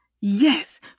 Yes